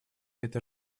это